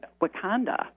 wakanda